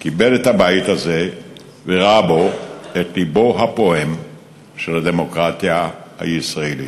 כיבד את הבית הזה וראה בו את לבה הפועם של הדמוקרטיה הישראלית.